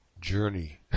journey